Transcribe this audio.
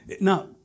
Now